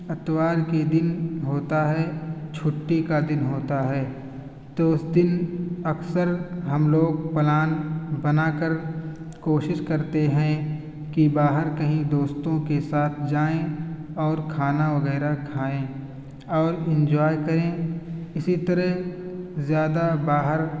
اتوار کے دن ہوتا ہے چھٹی کا دن ہوتا ہے تو اس دن اکثر ہم لوگ پلان بنا کر کوشش کرتے ہیں کہ باہر کہیں دوستوں کے ساتھ جائیں اور کھانا وغیرہ کھائیں اور انجوائے کریں اسی طرح زیادہ باہر